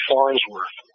Farnsworth